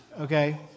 okay